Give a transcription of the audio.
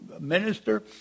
minister